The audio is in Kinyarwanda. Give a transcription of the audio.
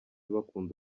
bakunda